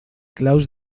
claus